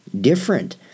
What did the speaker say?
different